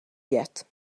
yet